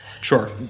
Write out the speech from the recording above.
Sure